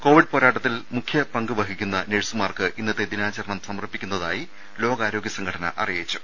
Covid പോരാട്ടത്തിൽ മുഖ്യ പങ്കു വഹിക്കുന്ന നഴ്സുമാർക്ക് ഇന്നത്തെ ദിനാചരണം സമർപ്പിക്കുന്നതായി ലോകാരോഗ്യ സംഘടന അറിയിച്ചു